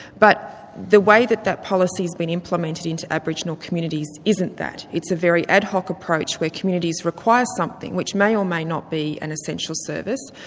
but the way that that policy's been implemented in aboriginal communities isn't that. it's a very ad hoc approach where communities require something which may or may not be an essential service,